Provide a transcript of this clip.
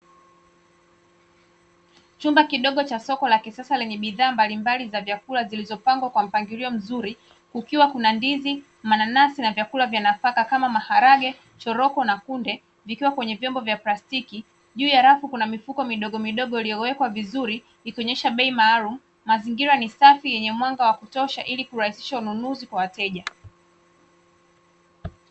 Chumba kidogo cha soko la kisasa lenye bidhaa mbalimbali za vyakula zilizopangwa kwa mpangilio mzuri, kukiwa kuna ndizi, mananasi na vyakula vya nafaka kama maharage, choroko na kunde, vikiwa kwenye vyombo vya plastiki. Juu ya rafu kuna mifuko midogo midogo iliyowekwa vizuri ikionyesha bei maalumu. Mazingira ni safi yenye mwanga wa kutosha ili kurahisisha ununuzi kwa wateja.